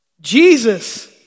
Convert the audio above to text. Jesus